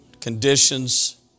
conditions